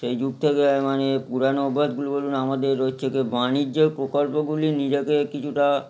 সেই যুগ থেকে আমি মানে পুরনো অভ্যাসগুলো বলুন আমাদের হচ্ছে গিয়ে বাণিজ্যের প্রকল্পগুলি নিজেকে কিছুটা